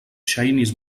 ŝajnis